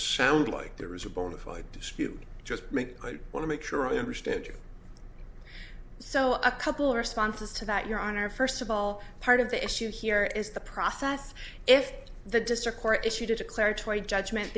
sound like there is a bona fide dispute just make i want to make sure i understand you so a couple responses to that your honor first of all part of the issue here is the process if the district court issued a declaratory judgment